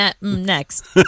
Next